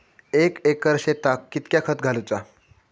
एक एकर शेताक कीतक्या खत घालूचा?